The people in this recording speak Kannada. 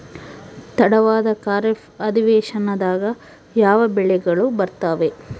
ತಡವಾದ ಖಾರೇಫ್ ಅಧಿವೇಶನದಾಗ ಯಾವ ಬೆಳೆಗಳು ಬರ್ತಾವೆ?